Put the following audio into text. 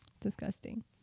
Disgusting